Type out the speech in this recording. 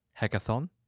hackathon